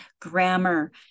grammar